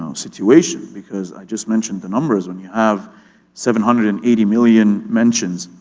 um situation because i just mentioned the numbers. when you have seven hundred and eighty million mentions,